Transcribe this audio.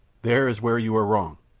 there is where you are wrong.